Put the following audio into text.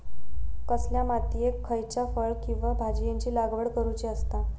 कसल्या मातीयेत खयच्या फळ किंवा भाजीयेंची लागवड करुची असता?